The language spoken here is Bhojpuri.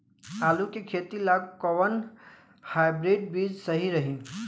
आलू के खेती ला कोवन हाइब्रिड बीज सही रही?